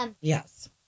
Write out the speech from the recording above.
Yes